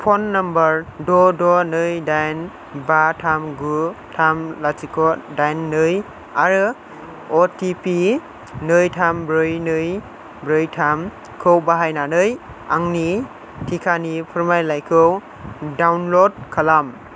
phone number द' द' नै दाइन बा थाम गु थाम लाथि'ख दाइन नै आरो अ टि पि नै थाम ब्रै नै ब्रै थामखौ बाहायनानै आंनि टिकानि फोरमानलाइखौ डाउनल'ड खालाम